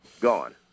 gone